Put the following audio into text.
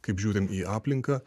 kaip žiūrim į aplinką